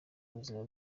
buzima